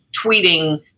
tweeting